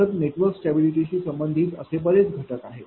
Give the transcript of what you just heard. तर नेटवर्क स्टॅबिलिटीशी संबंधित असे बरेच घटक आहेत